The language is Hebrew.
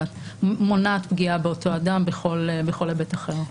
מונעת פגיעה באותו אדם בכל היבט אחר.